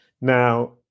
Now